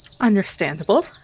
Understandable